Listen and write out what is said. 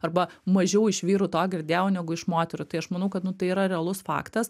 arba mažiau iš vyrų to girdėjau negu iš moterų tai aš manau kad nu tai yra realus faktas